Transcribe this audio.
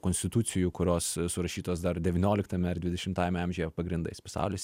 konstitucijų kurios surašytos dar devynioliktame ar dvidešimtajame amžiuje pagrindais pasaulis